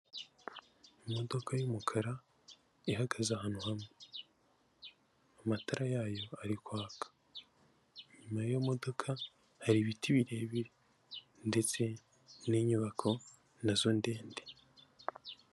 Imodoka y'umukara ihagaze ahantu hamwe amatara yayo ari kwaka inyuma y'iyo modoka hari ibiti birebire ndetse n'inyubako nazo ndende.